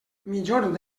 migjorn